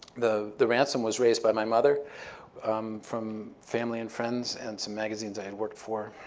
the the ransom was raised by my mother from family and friends and some magazines i had worked for,